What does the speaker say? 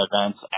events